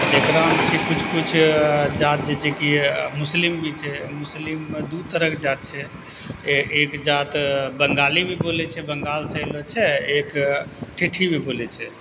आोर तकरामे छै किछु किछु जाति जै से कि मुसलिम भी छै मुसलिममे दू तरहके जाति छै एक एक जाति बंगाली भी बोलय छै बंगालसँ आयलो छै एक ठेठी भी बोलय छै